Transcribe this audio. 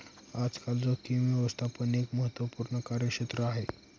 आजकाल जोखीम व्यवस्थापन एक महत्त्वपूर्ण कार्यक्षेत्र आहे